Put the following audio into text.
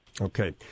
Okay